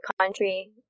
country